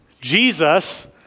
Jesus